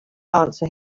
answer